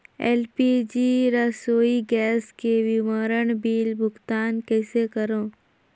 LPG रसोई gas के विवरण बिल भुगतान कइसे करों?